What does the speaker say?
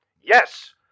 Yes